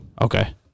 Okay